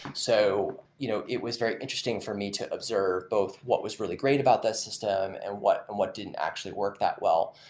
so you know it was very interesting for me to observe both what was really great about this system and what and what didn't actually worked that well.